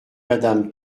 madame